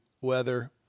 weather